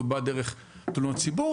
הוא בא דרך תלונות ציבור.